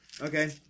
Okay